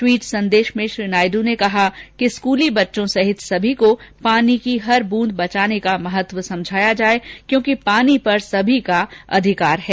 tweet संदेश में श्री नायड् ने कहा कि स्कूली बच्चों सहित सभी को पानी की हर बूंद बचाने का महत्व समझाया जाए क्योंकि पानी पर सभी का अधिकार है